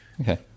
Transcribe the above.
okay